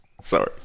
Sorry